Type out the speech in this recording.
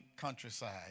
countryside